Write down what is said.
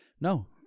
No